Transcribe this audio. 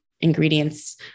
ingredients